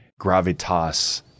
gravitas